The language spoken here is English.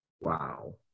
Wow